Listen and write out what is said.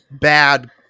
bad